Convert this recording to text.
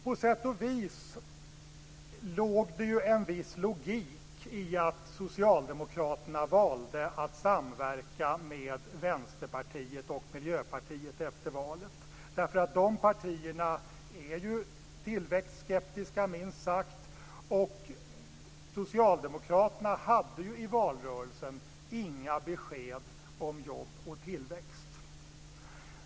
På sätt och vis låg det ju en viss logik i att Socialdemokraterna valde att samverka med Vänsterpartiet och Miljöpartiet efter valet. De partierna är ju tillväxtskeptiska, minst sagt, och Socialdemokraterna hade ju i valrörelsen inga besked om jobb och tillväxt.